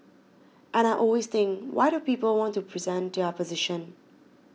and I always think why do people want to present their position